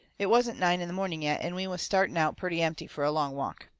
it wasn't nine in the morning yet, and we was starting out purty empty fur a long walk.